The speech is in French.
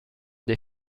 des